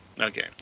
Okay